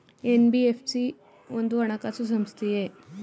NBFC ಒಂದು ಹಣಕಾಸು ಸಂಸ್ಥೆಯೇ?